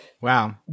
Wow